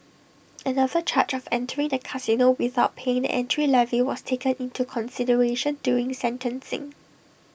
another charge of entering the casino without paying the entry levy was taken into consideration during sentencing